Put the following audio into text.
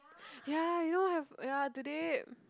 ya you know what hap~ ya today